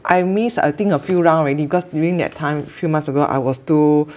I miss I think a few rounds already because during that time few months ago I was too